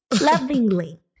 lovingly